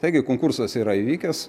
taigi konkursas yra įvykęs